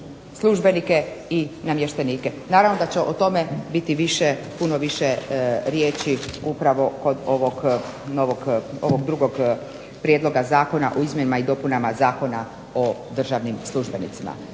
službenike i namještenike. Naravno da će o tome biti puno više riječi upravo kod ovog drugog Prijedloga zakona o izmjenama i dopunama Zakona o državnim službenicima.